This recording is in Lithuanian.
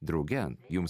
drauge jums